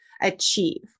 achieve